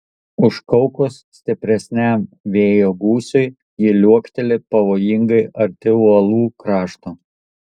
užkaukus stipresniam vėjo gūsiui ji liuokteli pavojingai arti uolų krašto